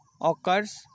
occurs